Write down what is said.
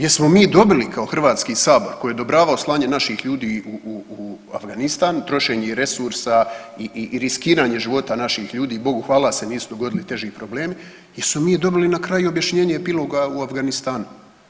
Jesmo li mi dobili kao Hrvatski sabor koji je odobravao slanje naših ljudi u Afganistan, trošenje i resursa i riskiranje života naših ljudi, bogu hvala se nisu dogodili teži problemi, jesmo li mi dobili na kraju objašnjenje epiloga u Afganistanu.